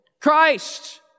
Christ